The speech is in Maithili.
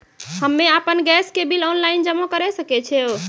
हम्मे आपन गैस के बिल ऑनलाइन जमा करै सकै छौ?